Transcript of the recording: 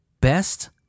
best